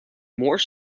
more